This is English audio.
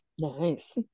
Nice